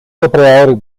depredadores